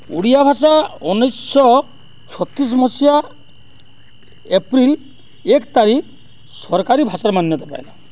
ଓଡ଼ିଆ ଭାଷା ଉଣେଇଶ ଶହ ଛତିଶ ମସିହା ଏପ୍ରିଲ୍ ଏକ ତାରିଖ ସରକାରୀ ଭାଷାର ମାନ୍ୟତା ପାଏ